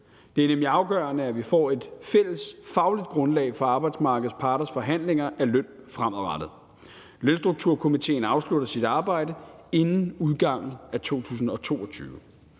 Det er nemlig afgørende, at vi får et fælles fagligt grundlag for arbejdsmarkedets parters forhandlinger om løn fremadrettet. Lønstrukturkomitéen afslutter sit arbejde inden udgangen af 2022.